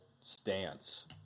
stance